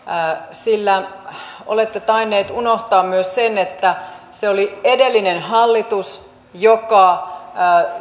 sillä olette tainnut unohtaa myös sen että se oli edellinen hallitus joka